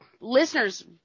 listeners